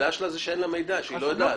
העניין הוא שאין לה מידע, שהיא לא יודעת.